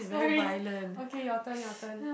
sorry okay your turn your turn